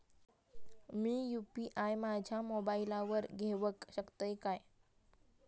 मी UPI माझ्या मोबाईलावर घेवक शकतय काय?